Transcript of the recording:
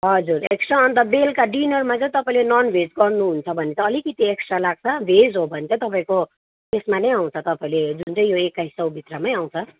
हजुर एक्स्ट्रा अन्त बेलुका डिनरमा चाहिँ तपाईँले ननभेज गर्नुहुन्छ भने चाहिँ अलिकति एक्स्ट्रा लाग्छ भेज हो भने चाहिँ तपाईँको यसमा नै आउँछ तपाईँले जुन चाहिँ यो एक्काइस सौभित्रमै आउँछ